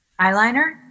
Eyeliner